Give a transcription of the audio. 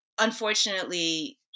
unfortunately